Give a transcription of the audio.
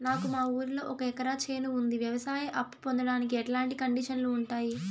నాకు మా ఊరిలో ఒక ఎకరా చేను ఉంది, వ్యవసాయ అప్ఫు పొందడానికి ఎట్లాంటి కండిషన్లు ఉంటాయి?